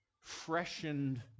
freshened